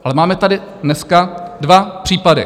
Ale máme tady dneska dva případy.